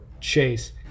chase